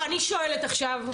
אני שואלת עכשיו,